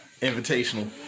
invitational